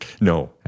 No